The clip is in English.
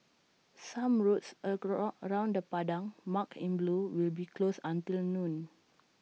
some roads around the Padang marked in blue will be closed until noon